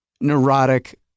neurotic